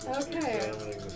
okay